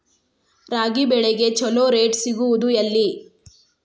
ರಾಗಿ ಬೆಳೆಗೆ ಛಲೋ ರೇಟ್ ಸಿಗುದ ಎಲ್ಲಿ?